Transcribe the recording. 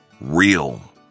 real